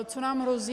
Co nám hrozí?